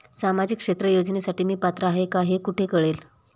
सामाजिक क्षेत्र योजनेसाठी मी पात्र आहे का हे कुठे कळेल?